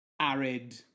arid